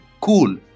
cool